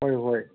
ꯍꯣꯏ ꯍꯣꯏ